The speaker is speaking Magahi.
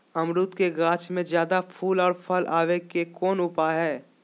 अमरूद के गाछ में ज्यादा फुल और फल आबे के लिए कौन उपाय है?